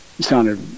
sounded